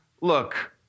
Look